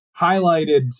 highlighted